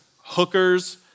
hookers